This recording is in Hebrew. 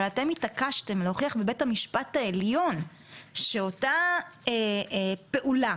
בבית המשפט העליון שאותה פעולה